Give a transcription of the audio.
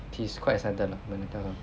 she's quite excited lah when I tell her